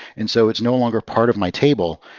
and so it's no longer part of my table.